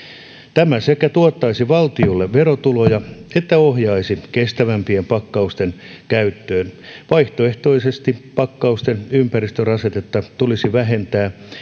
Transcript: tämä sekä tuottaisi valtiolle verotuloja että ohjaisi kestävämpien pakkausten käyttöön vaihtoehtoisesti pakkausten ympäristörasitetta tulisi vähentää